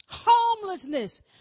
Homelessness